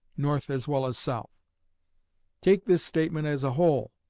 north as well as south take this statement as a whole,